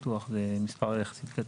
זה מספר יחסית קטן.